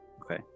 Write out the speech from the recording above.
Okay